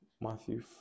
Matthew